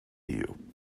you